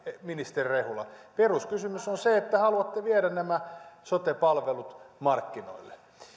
ministeri rehula peruskysymys on se että te haluatte viedä nämä sote palvelut markkinoille